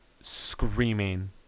screaming